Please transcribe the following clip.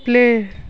play